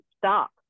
stop